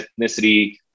ethnicity